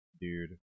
dude